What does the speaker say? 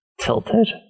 tilted